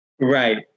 right